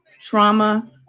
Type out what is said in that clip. trauma